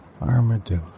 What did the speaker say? Armadillo